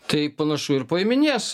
tai panašu ir paiminės